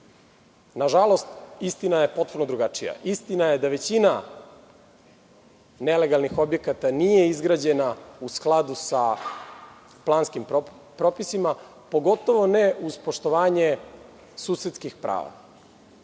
građenja. Nažalost, istina je potpuno drugačija. Istina je da većina nelegalnih objekata nije izgrađena u skladu sa planskim propisima, pogotovo ne uz poštovanje susedskih prava.